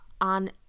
on